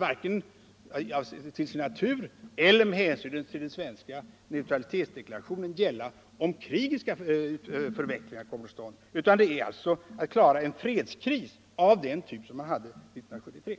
vare sig till sin natur eller med hänsyn till den svenska neutralitetsdeklarationen gälla om krigiska förvecklingar kommer till stånd. Vad det handlar om är att klara en fredskris av den typ som man hade 1973.